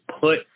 put